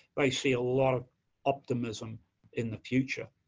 they see a lot of optimism in the future.